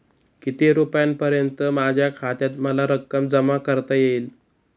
किती रुपयांपर्यंत माझ्या खात्यात मला रक्कम जमा करता येईल?